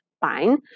fine